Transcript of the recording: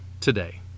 today